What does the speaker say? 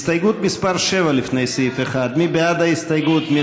הסתייגות מס' 7, לפני סעיף 1. מי בעד ההסתייגות?